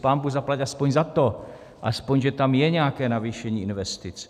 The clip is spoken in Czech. Pánbůh zaplať aspoň za to, aspoň že tam je nějaké navýšení investic.